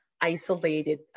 isolated